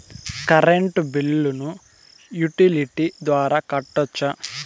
Current బిల్లును utility ద్వారా కట్టొచ్చా?